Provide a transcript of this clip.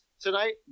tonight